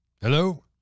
hello